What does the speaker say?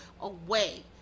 away